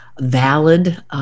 valid